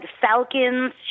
falcons